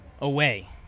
away